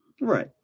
Right